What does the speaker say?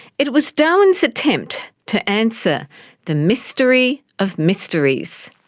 it was darwin's attempt to answer the mystery of mysteries.